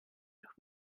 doch